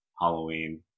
Halloween